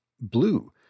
blue